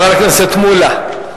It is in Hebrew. חבר הכנסת מולה.